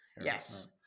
yes